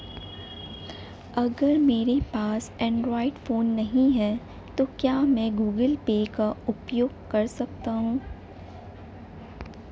अगर मेरे पास एंड्रॉइड फोन नहीं है तो क्या मैं गूगल पे का उपयोग कर सकता हूं?